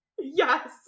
Yes